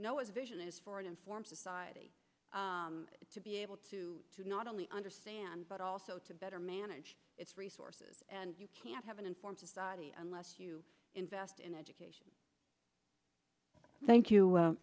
vision is for an informed society to be able to not only understand but also to better manage its resources and you can't have an informed society unless you invest in education thank you